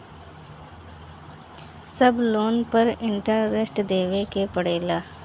सब लोन पर इन्टरेस्ट देवे के पड़ेला?